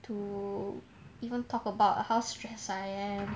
to even talk about how stress I am